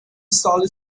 solid